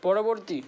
পরবর্তী